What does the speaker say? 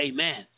Amen